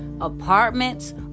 apartments